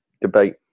debate